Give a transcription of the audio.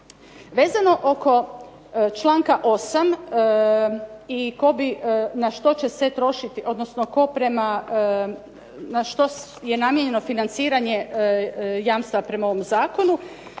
Vezano oko članka 8. i na što je namijenjeno financiranje jamstava prema ovom zakonu.